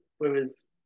Whereas